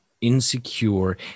insecure